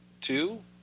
two